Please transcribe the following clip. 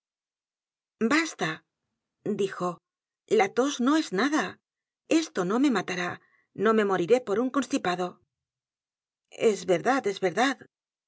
basta dijo la tos no es nada e s t o no m e m a t a r á no me moriré por un constipado e s verdad es verdad